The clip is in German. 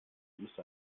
müsste